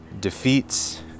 defeats